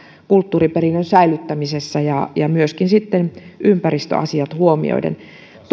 kulttuuriperinnön säilyttämisessä myöskin ympäristöasiat huomioiden